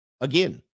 again